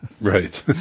right